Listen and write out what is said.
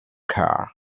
car